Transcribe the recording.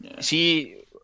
See